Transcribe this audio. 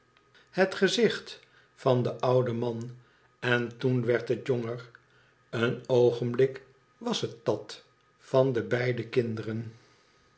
het gezicht van den ouden man en toen werd bet jonger een oogenblik was het dat van de beide kinderen